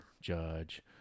judge